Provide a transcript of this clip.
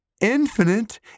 infinite